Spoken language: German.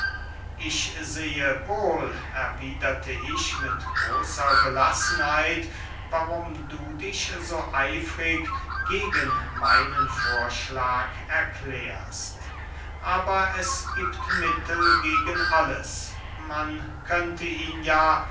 ich sehe wohl erwiederte ich mit großer gelassenheit warum du dich so eifrig gegen meinen vorschlag erklärst aber es giebt mittel gegen alles man könnte ihn ja